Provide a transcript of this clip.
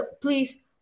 Please